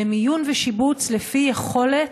למיון ושיבוץ לפי יכולת,